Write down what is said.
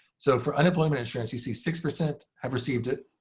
so for unemployment insurance, you see six percent have received it.